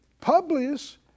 Publius